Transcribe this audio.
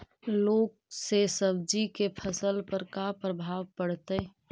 लुक से सब्जी के फसल पर का परभाव पड़तै?